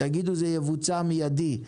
תגידו: זה יבוצע מיידי,